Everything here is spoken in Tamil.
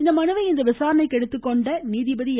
இந்த மனுவை இன்று விசாரணைக்கு எடுத்துக்கொண்ட நீதிபதி என்